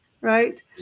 right